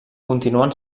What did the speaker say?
continuen